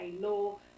law